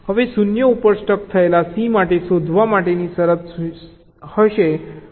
હવે 0 ઉપર સ્ટક થયેલા C માટે શોધવા માટેની શરત C હશે અને dF dC બરાબર 1 હશે